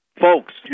folks